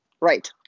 Right